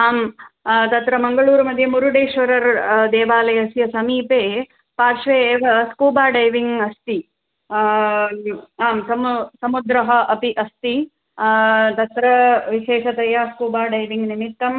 आं तत्र मङ्गळूरु मध्ये मुरुडेश्वर र् देवालयस्य समीपे पार्श्वे एव स्कूबा डैविङ् अस्ति आं समु समुद्रः अपि अस्ति तत्र विशेषतया स्कूबा डैविङ् निमित्तं